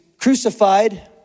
crucified